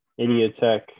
idiotech